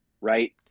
right